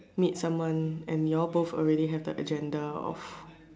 meet someone and you all both already have the agenda of